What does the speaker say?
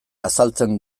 azaltzen